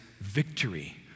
victory